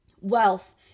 wealth